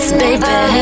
baby